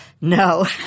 no